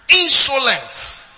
Insolent